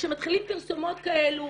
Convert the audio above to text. וכשמתחילים פרסומות כאלו